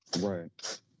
Right